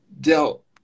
dealt